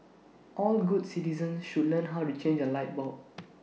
all good citizens should learn how to change A light bulb